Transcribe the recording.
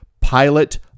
Pilot